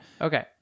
Okay